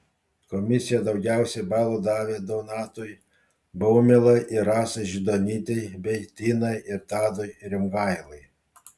komisija daugiausiai balų davė donatui baumilai ir rasai židonytei bei tinai ir tadui rimgailai